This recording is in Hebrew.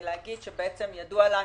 ידוע לנו,